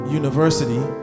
university